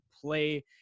play